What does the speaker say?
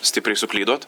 stipriai suklydot